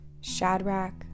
Shadrach